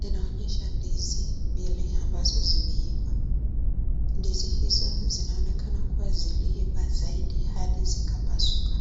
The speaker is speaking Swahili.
Inaonyesha ndizi mbili ambazo zimeivaa ndizi hizo zinaonekana kuwa zimeivaa zaidi hadi zikapasuka.